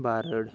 Barad